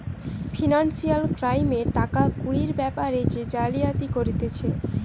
financial ক্রাইমে টাকা কুড়ির বেপারে যে জালিয়াতি করতিছে